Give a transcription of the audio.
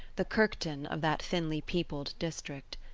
the kirkton of that thinly peopled district.